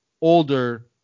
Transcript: older